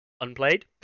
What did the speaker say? unplayed